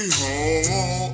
home